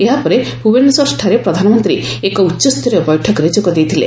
ଏହାପରେ ଭୁବନେଶ୍ୱରଠାରେ ପ୍ରଧାନମନ୍ତ୍ରୀ ଏକ ଉଚ୍ଚସ୍ତରୀୟ ବୈଠକରେ ଯୋଗ ଦେଇଥିଲେ